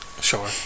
Sure